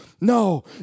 No